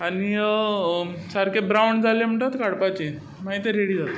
आनी सारकें ब्रावन जालें म्हणटकच काडपाचें मागीर तें रेडी जाता